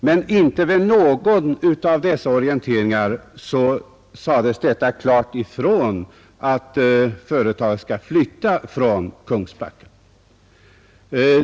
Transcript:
Men inte vid någon av dessa orienteringar sades det klart ifrån att företaget skall flytta från Kungsbacka.